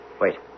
Wait